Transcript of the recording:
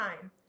time